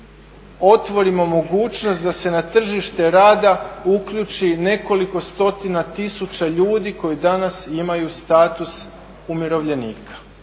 otvorimo mogućnost da se na tržište rada uključi i nekoliko stotina tisuća ljudi koji danas imaju status umirovljenika.